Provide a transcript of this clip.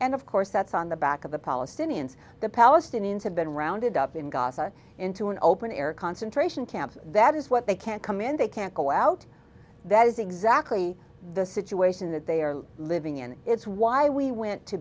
and of course that's on the back of the palestinians the palestinians have been rounded up in gaza into an open air concentration camp that is what they can't come in they can't go out that is exactly the situation that they are living in it's why we went to